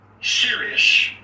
serious